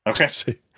Okay